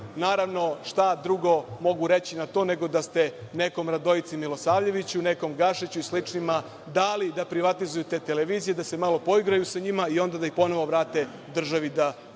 Naravno, šta drugo mogu reći na to, nego da ste nekom Radojici Milosavljeviću, nekom Gašiću i sličnima dali da privatizuje te televizije, da se malo poigraju sa njima i onda da ih ponovo vrate državi da država